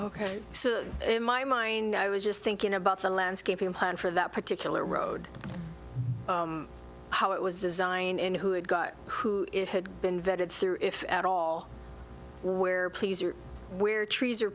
ok so in my mind i was just thinking about the landscaping plan for that particular road how it was designed in who had got who it had been vetted through if at all where please or where trees are